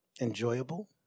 enjoyable